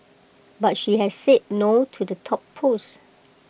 but she has said no to the top post